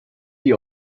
die